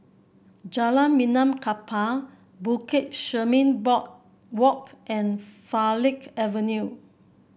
Jalan Benaan Kapal Bukit Chermin Boardwalk and Farleigh Avenue